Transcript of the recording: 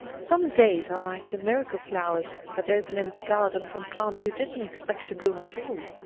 some days are like the miracle flowers that open in the garden from plants you didn't expect to bloom at all.